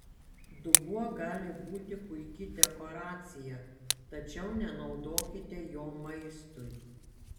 dubuo gali būti puiki dekoracija tačiau nenaudokite jo maistui